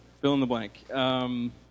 fill-in-the-blank